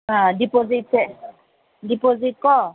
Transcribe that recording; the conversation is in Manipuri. ꯗꯤꯄꯣꯖꯤꯠꯁꯦ ꯗꯤꯄꯣꯖꯤꯠꯀꯣ